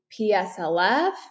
PSLF